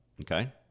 Okay